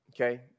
okay